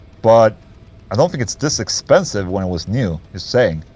but i don't think it's this expensive when it was new, just saying.